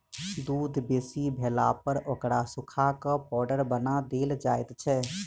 दूध बेसी भेलापर ओकरा सुखा क पाउडर बना देल जाइत छै